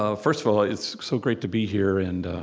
ah first of all, it's so great to be here, and